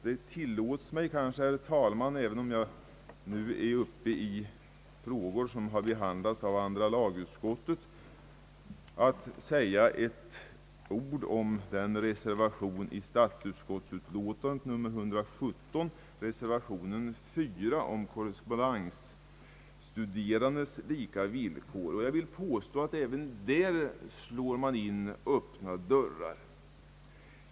Det tillåts mig kanske, herr talman, även om jag tagit upp frågor som behandlats av andra lagutskottet, att också säga några ord om den reservation, nr 4, till statsutskottets utlåtande nr 117 som handlar om korrespondensstuderandes villkor. Jag vill påstå att även den reservationen slår in öppna dörrar.